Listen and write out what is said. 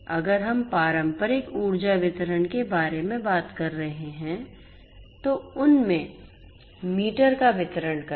अगर हम पारंपरिक ऊर्जा वितरण के बारे में बात कर रहे हैं तो उन में मीटर का वितरण करें